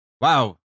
Wow